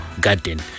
garden